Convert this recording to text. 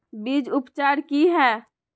बीज उपचार कि हैय?